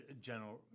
general